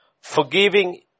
Forgiving